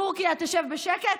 טורקיה תשב בשקט?